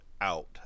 out